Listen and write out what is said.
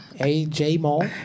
A-J-Mall